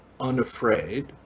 unafraid